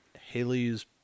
Haley's